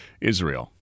Israel